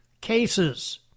cases